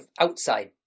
outside